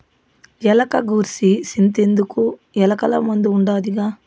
ఎలక గూర్సి సింతెందుకు, ఎలకల మందు ఉండాదిగా